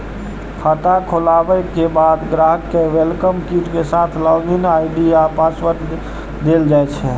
खाता खोलाबे के बाद ग्राहक कें वेलकम किट के साथ लॉग इन आई.डी आ पासवर्ड देल जाइ छै